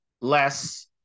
less